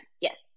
Yes